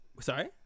Sorry